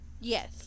Yes